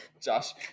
Josh